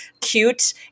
cute